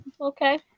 okay